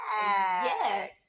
Yes